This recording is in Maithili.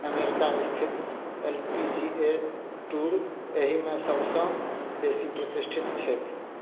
अमेरिका स्थित L P G A tour एहिमे सभसँ बेसी प्रतिष्ठित छैक